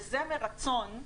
וזה מרצון.